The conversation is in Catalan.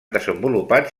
desenvolupat